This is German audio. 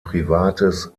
privates